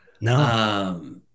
No